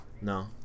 No